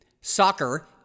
Soccer